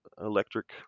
electric